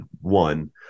one